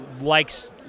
likes